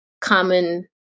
common